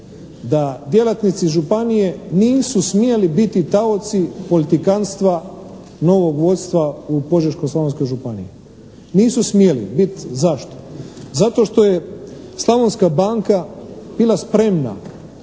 da djelatnici županije nisu smjeli biti taoci politikanstva novog vodstva u Požeško-slavonskoj županiji, nisu smjeli biti. Zašto? Zato što je Slavonska banka bila spremna